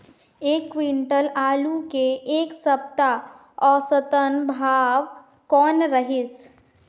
एक क्विंटल आलू के ऐ सप्ता औसतन भाव कौन रहिस?